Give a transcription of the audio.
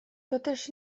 toteż